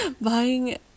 buying